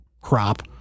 crop